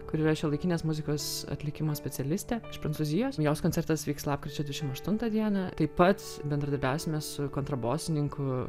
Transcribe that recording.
kuri yra šiuolaikinės muzikos atlikimo specialistė iš prancūzijos jos koncertas vyks lapkričio dvidešim aštuntą dieną taip pat bendradarbiausime su kontrabosininku